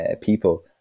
people